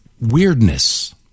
weirdness